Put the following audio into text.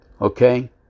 okay